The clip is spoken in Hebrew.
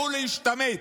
לכו להשתמט.